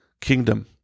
kingdom